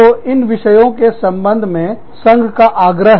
तो इन विषयों के संबंध में संघ का आग्रह है